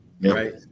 Right